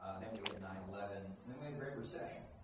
ah then we had nine eleven, and then we had a great recession,